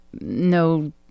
no